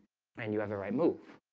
and you every move?